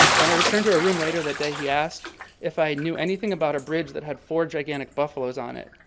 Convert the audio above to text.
when i returned to our room later that day, he asked if i knew anything about a bridge that had four gigantic buffalos on it.